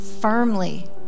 firmly